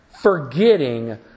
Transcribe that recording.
forgetting